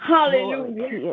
Hallelujah